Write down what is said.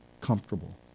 comfortable